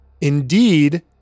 indeed